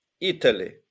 italy